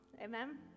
Amen